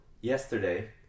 yesterday